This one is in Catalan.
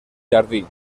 jardí